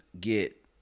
get